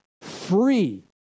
free